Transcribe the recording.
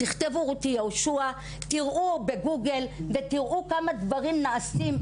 תכתבו 'רותי יהושע' בגוגל ותראו כמה דברים נעשים,